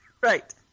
right